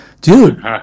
Dude